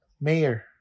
Mayor